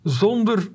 zonder